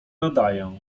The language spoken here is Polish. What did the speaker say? nadaję